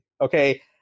Okay